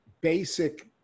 basic